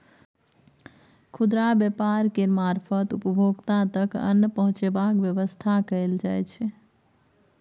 खुदरा व्यापार केर मारफत उपभोक्ता तक अन्न पहुंचेबाक बेबस्था कएल जाइ छै